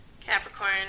capricorn